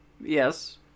Yes